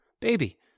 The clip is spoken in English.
Baby